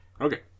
Okay